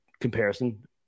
comparison